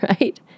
right